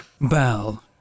Bell